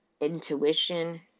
intuition